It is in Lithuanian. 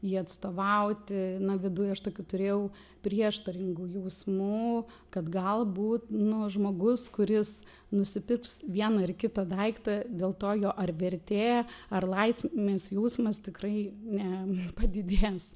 jį atstovauti na viduj aš tokių turėjau prieštaringų jausmų kad galbūt nu žmogus kuris nusipirks vieną ir kitą daiktą dėl to jo ar vertė ar laimės jausmas tikrai ne padidės